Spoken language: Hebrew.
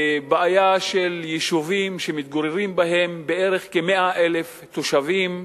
בעיה של יישובים שמתגוררים בהם כ-100,000 תושבים,